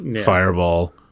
fireball